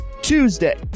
Tuesday